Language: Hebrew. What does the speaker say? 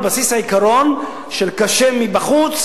על בסיס העיקרון של "קשה בחוץ,